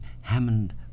Hammond